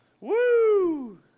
Woo